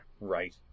right